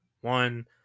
one